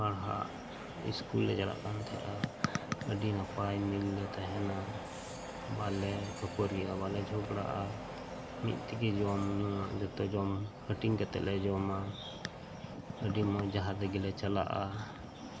ᱯᱟᱲᱦᱟᱜ ᱥᱠᱩᱞᱮ ᱪᱟᱞᱟᱜ ᱠᱟᱱ ᱛᱟᱦᱮᱸᱫᱼᱟ ᱟᱹᱰᱤ ᱱᱟᱯᱟᱭ ᱢᱤᱞ ᱞᱮ ᱛᱟᱦᱮᱱᱟ ᱵᱟᱞᱮ ᱠᱷᱟᱹᱯᱟᱹᱨᱤᱜᱼᱟ ᱵᱟᱞᱮ ᱡᱷᱚᱜᱽᱲᱟᱜᱼᱟ ᱢᱤᱫ ᱛᱮᱜᱮ ᱡᱚᱢ ᱧᱩᱭᱟᱜ ᱡᱷᱚᱛᱚ ᱡᱚᱢ ᱦᱟᱹᱴᱤᱧ ᱠᱟᱛᱮ ᱞᱮ ᱡᱚᱢᱟ ᱟᱹᱰᱤ ᱢᱚᱸᱡᱽ ᱡᱟᱦᱟᱸ ᱛᱮᱜᱮ ᱞᱮ ᱪᱟᱞᱟᱜᱼᱟ